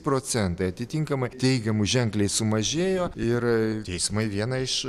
procentai atitinkamai teigiamų ženkliai sumažėjo ir teismai viena iš